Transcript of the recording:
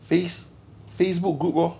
face Facebook group lor